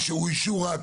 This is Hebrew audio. (היו"ר יעקב אשר,